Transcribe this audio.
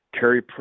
Carrie